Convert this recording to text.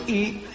eat